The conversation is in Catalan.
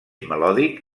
melòdic